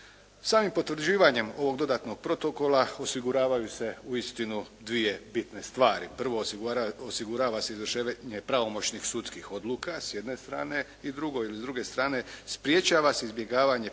Samim potvrđivanjem ovog dodatnog protokola osiguravaju se uistinu dvije bitne stvari. Prvo, osigurava se izvršenje pravomoćnih sudskih odluka s jedne strane, i drugo ili s druge strane sprječava se izbjegavanje